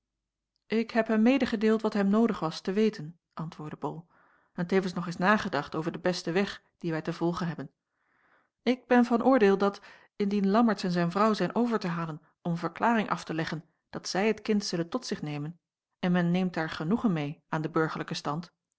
ik heb hem medegedeeld wat hem noodig was te weten antwoordde bol en tevens nog eens nagedacht over den besten weg dien wij te volgen hebben ik ben van oordeel dat indien lammertsz en zijn vrouw zijn over te halen om een verklaring af te leggen dat zij het kind zullen tot zich nemen en men neemt daar genoegen meê aan den burgerlijken stand